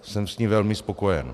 Jsem s ní velmi spokojen.